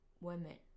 Women